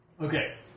okay